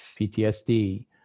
PTSD